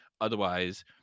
otherwise